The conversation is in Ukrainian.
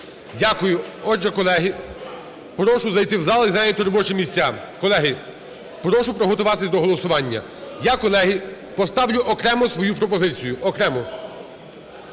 Дякую. Отже, колеги, прошу зайти в зал і зайняти робочі місця. Колеги, прошу приготуватись до голосування. Я, колеги, поставлю окремо свою пропозицію, окремо.